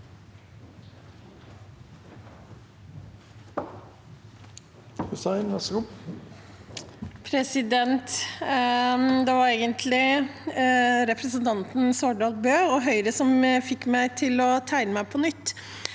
Det var egentlig representanten Svardal Bøe og Høyre som fikk meg til å tegne meg på nytt.